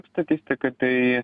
statistiką tai